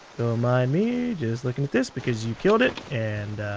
mind me, just looking at this because you killed it and